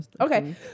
okay